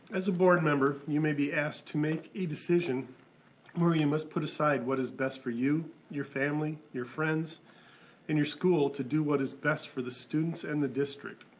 as a board member, you may be asked to make a decision where you must put aside what is best for you, your family, your friends and your school, to do what is best for the students and the district.